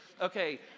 okay